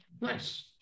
Nice